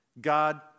God